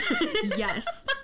yes